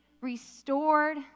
restored